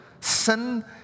sin